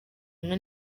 hamwe